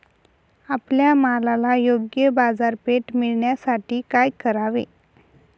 आपल्या मालाला योग्य बाजारपेठ मिळण्यासाठी काय करावे?